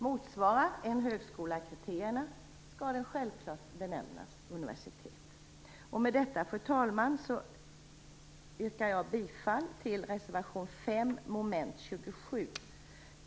Motsvarar en högskola kriterierna skall den självklart benämnas universitet. Med detta, fru talman, yrkar jag bifall till reservation 5 mom. 27.